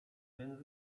więc